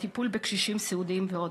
הטיפול בקשישים סיעודיים ועוד.